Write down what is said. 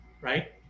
right